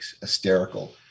hysterical